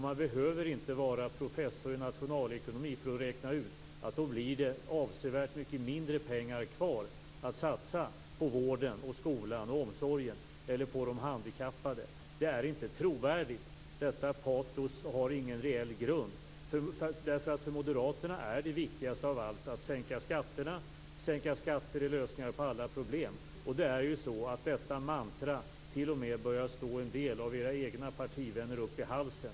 Man behöver inte vara professor i nationalekonomi för att räkna ut att det då blir avsevärt mycket mindre pengar kvar att satsa på vården, skolan och omsorgen eller på de handikappade. Det är inte trovärdigt. Detta patos har ingen reell grund. För Moderaterna är det viktigaste av allt att sänka skatterna. Att sänka skatterna är lösningen på alla problem. Detta mantra börjar ju t.o.m. stå en del av era egna partivänner upp i halsen.